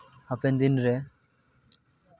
ᱦᱟᱯᱮᱱ ᱫᱤᱱᱨᱮ